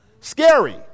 Scary